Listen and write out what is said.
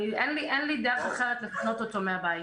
אין לי דרך אחרת לפנות אותו מהבית.